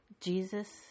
Jesus